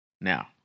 now